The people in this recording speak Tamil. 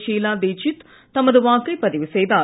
ஷீலா தீட்சித் தமது வாக்கை பதிவு செய்தார்